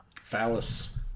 phallus